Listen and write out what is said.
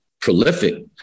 prolific